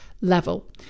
level